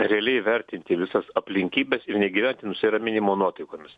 realiai įvertinti visas aplinkybes ir negyventi nusiraminimo nuotaikomis